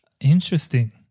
Interesting